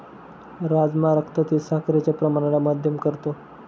राजमा रक्तातील साखरेच्या प्रमाणाला मध्यम करतो